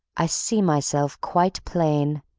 i see myself quite plain,